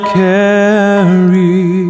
carry